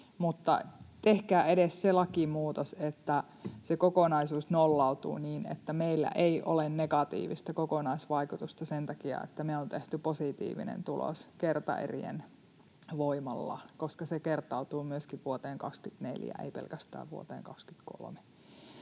tehkää edes se lakimuutos, että se kokonaisuus nollautuu niin, että meillä ei ole negatiivista kokonaisvaikutusta sen takia, että me on tehty positiivinen tulos kertaerien voimalla, koska se kertautuu myöskin vuoteen 24, ei pelkästään vuoteen 23.